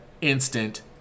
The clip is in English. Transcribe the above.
instant